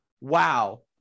wow